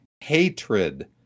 hatred